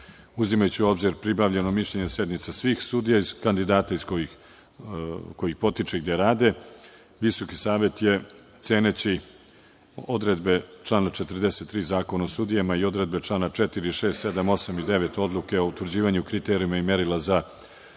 uzimajući u obzir pribavljeno mišljenje sa sednica svih sudija, kandidata koji potiču i gde rade, VSS je ceneći odredbe člana 43. Zakona o sudijama i odredbe člana 4, 6, 7, 8. i 9. Odluke o utvrđivanju kriterijuma i merila za ocenu